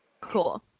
Cool